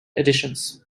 editions